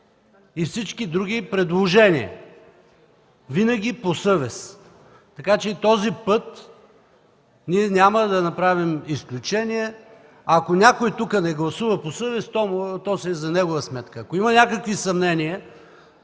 и всички други предложения – винаги по съвест. Така че и този път ние няма да направим изключение. Ако някой тук не гласува по съвест, то си е за негова сметка. Ако има някакви съмнения